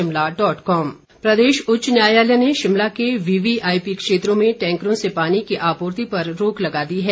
उच्च न्यायालय प्रदेश उच्च न्यायालय ने शिमला के वीवीआईपी क्षेत्रों में टैंकरों से पानी की आपूर्ति पर रोक लगा दी है